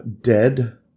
dead